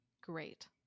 Great